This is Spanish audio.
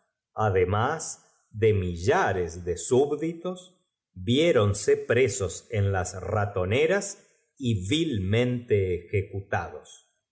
además de millajes de sítb'litos viéronse presos en las ratoneras y vilmente ejecutados